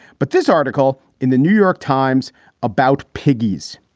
but this article in the new york times about piggies.